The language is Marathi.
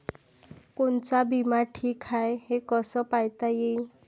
कोनचा बिमा ठीक हाय, हे कस पायता येईन?